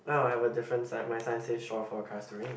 no I have a different side my sign said Shaw for Castherine